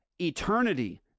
eternity